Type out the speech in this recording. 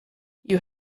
you